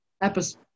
episode